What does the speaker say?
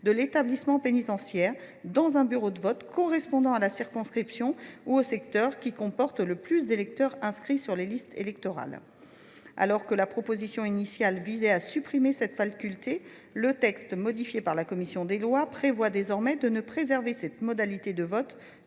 de l’établissement pénitentiaire, dans un bureau de vote correspondant à la circonscription ou au secteur qui comporte le plus d’électeurs inscrits sur les listes électorales ». Alors que la proposition de loi initiale visait à supprimer cette faculté, le texte tel qu’il a été modifié par la commission des lois prévoit désormais de réserver cette modalité de vote